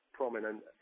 prominent